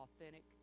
authentic